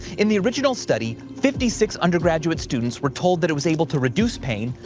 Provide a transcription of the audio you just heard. in the original study, fifty six undergraduate students were told that it was able to reduce pain,